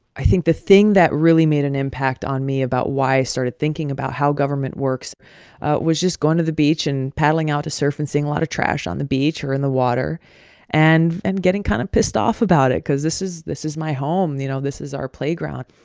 i think the thing that really made an impact on me about why i started thinking about how government works was just going to the beach and paddling out to surf and seeing a lot of trash on the beach or in the water and and getting kind of pissed off about it because this is this is my home, you know. this is our playground.